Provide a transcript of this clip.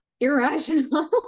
irrational